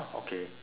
oh okay